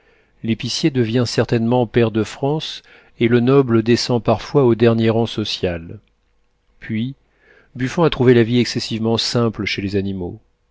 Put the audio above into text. l'épicier devient certainement pair de france et le noble descend parfois au dernier rang social puis buffon a trouvé la vie excessivement simple chez les animaux